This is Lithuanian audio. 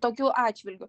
tokiu atžvilgiu